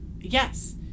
yes